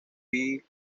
pearl